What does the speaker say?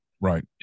Right